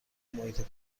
محیط